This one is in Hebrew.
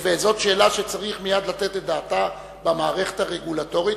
זאת שאלה שצריך מייד לתת עליה את הדעת במערכת הרגולטורית.